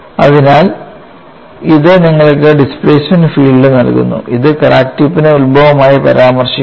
അതിനാൽ ഇത് നിങ്ങൾക്ക് ഡിസ്പ്ലേസ്മെൻറ് ഫീൽഡ് നൽകുന്നു ഇത് ക്രാക്ക് ടിപ്പിനെ ഉത്ഭവമായി പരാമർശിക്കുന്നു